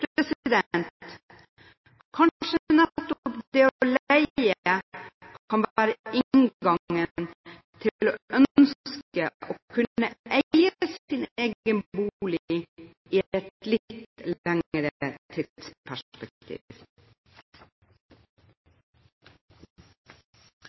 det å leie kan være inngangen til å ønske å kunne eie sin egen bolig i et litt lengre tidsperspektiv. Representanten Holmås hadde en visitt til det